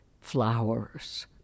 flowers